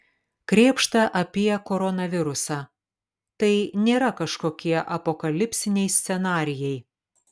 krėpšta apie koronavirusą tai nėra kažkokie apokalipsiniai scenarijai